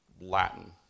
Latin